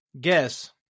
guess